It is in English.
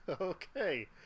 Okay